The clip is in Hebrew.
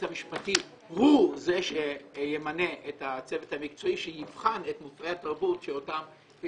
המשפטי הוא זה שימנה את הצוות המקצועי שיבחן את מופעי התרבות כפי